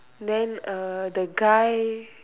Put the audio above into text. then uh the guy